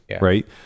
right